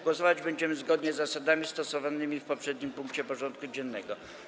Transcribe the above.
Głosować będziemy zgodnie z zasadami stosowanymi w poprzednim punkcie porządku dziennego.